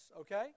Okay